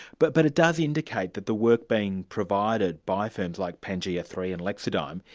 but but it does indicate that the work being provided by firms like p a n g e a three and lexadigm,